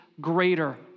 greater